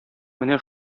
менә